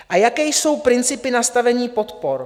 A jaké jsou principy nastavení podpor?